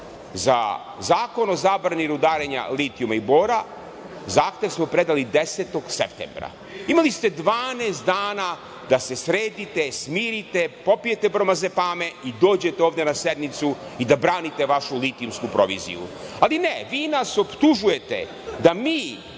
Zakona o zabrani rudarenja litijuma predali 10. septembra. Imali ste 12 dana da se sredite, smirite, popijete bromazepame i dođete ovde na sednicu i da branite vašu litijumsku proviziju, ali ne, vi nas optužujete da mi